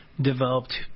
developed